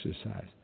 exercise